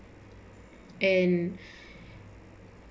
and